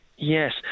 Yes